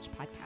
podcast